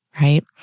right